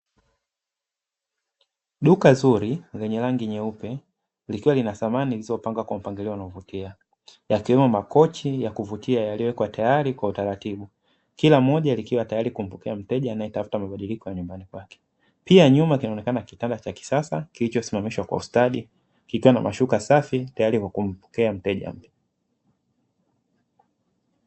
Duka zuri lenye rangi nyeupe likiwa lina samani zilizopangwa kwa mpangilio wa kuvutia, yakiwemo makochi ya kuvutia yaliyowekwa tayari kwa utaratibu kila moja likiwa tayari kumpokea mteja anayehitaji mabadiliko yanyumbani kwake, pia nyuma kinaonekana kitanda cha kisasa kilichosimamishwa kwa ustadi kikiwa na mashuka safi tayari kwa kumpokea mteja mpya.